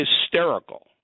hysterical